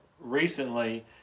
recently